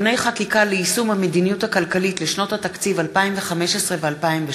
(תיקוני חקיקה ליישום המדיניות הכלכלית לשנות התקציב 2015 ו-2016),